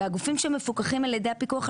והגופים שמפוקחים על ידי הפיקוח על